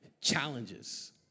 challenges